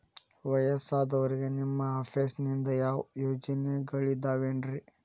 ವಯಸ್ಸಾದವರಿಗೆ ನಿಮ್ಮ ಆಫೇಸ್ ನಿಂದ ಯಾವ ಯೋಜನೆಗಳಿದಾವ್ರಿ?